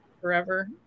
forever